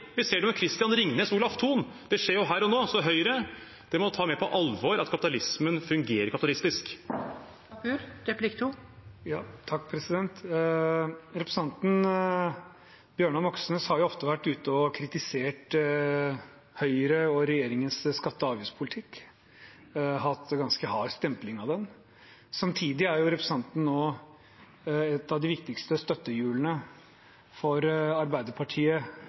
Vi ser det med Christian Ringnes og Olaf Thon. Det skjer jo her og nå, så Høyre må ta mer på alvor at kapitalismen fungerer kapitalistisk. Representanten Bjørnar Moxnes har jo ofte vært ute og kritisert Høyre og regjeringens skatte- og avgiftspolitikk og hatt en ganske hard stempling av den. Samtidig er representanten og hans parti et av de viktigste støttehjulene for Arbeiderpartiet